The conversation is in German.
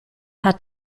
hat